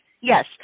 yes